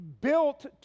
built